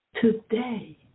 today